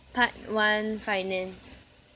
part one finance